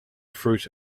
fruit